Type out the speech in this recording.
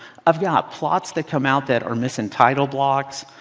i've got plots that come out that are missing title blocks.